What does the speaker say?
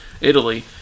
Italy